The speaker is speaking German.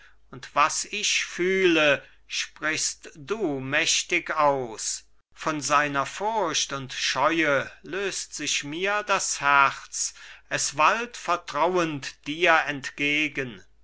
und was ich fühle sprichst du mächtig aus von seiner furcht und scheue löst sich mir das herz es wallt vertrauend dir entgegen